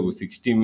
60